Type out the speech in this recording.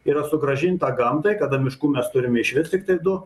yra sugrąžinta gamtai kada miškų mes turime išvis tiktai du